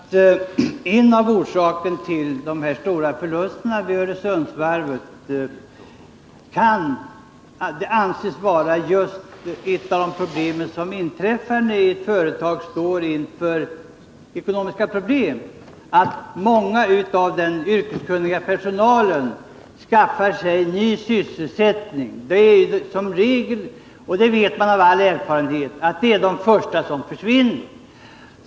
Herr talman! Jag antydde att en av orsakerna till de stora förlusterna vid Öresundsvarvet anses vara just en av de saker som inträffar när ett företag står inför ekonomiska problem, nämligen att en stor del av den yrkeskunniga personalen skaffar sig ny sysselsättning. Det är som regel, och det vet man av all erfarenhet, det första som försvinner.